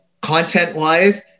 content-wise